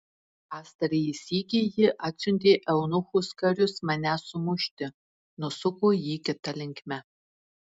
pastarąjį sykį ji atsiuntė eunuchus karius manęs sumušti nusuko jį kita linkme